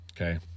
Okay